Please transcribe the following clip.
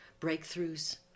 breakthroughs